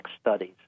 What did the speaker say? studies